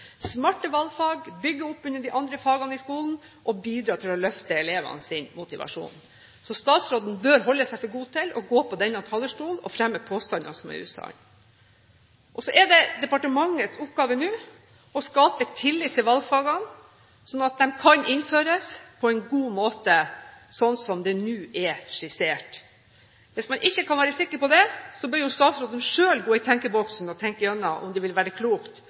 smarte valgfag, bygge opp under de andre fagene i skolen og bidra til å løfte elevenes motivasjon. Så statsråden bør holde seg for god til å gå på denne talerstol og fremme påstander som er usanne. Så er det departementets oppgave nå å skape tillit til valgfagene slik at de kan innføres på en god måte slik som det nå er skissert. Hvis man ikke kan være sikker på det, bør statsråden selv gå i tenkeboksen og tenke gjennom om det vil være klokt